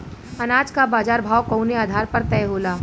अनाज क बाजार भाव कवने आधार पर तय होला?